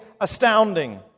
astounding